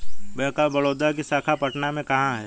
Bank of Baroda की शाखा पटना में कहाँ है?